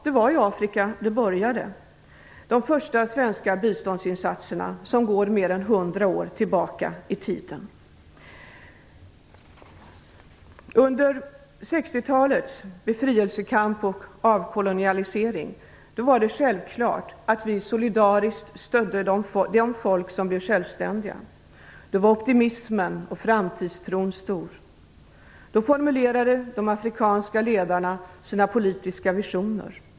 Det var i Afrika det började med de första svenska biståndsinsatserna som går mer än hundra år tillbaka i tiden. Under 60-talets befrielsekamp och avkolonialisering var det självklart att vi solidariskt stödde de folk som blev självständiga. Då var optimismen och framtidstron stor. Då formulerade de afrikanska ledarna sina politiska visioner.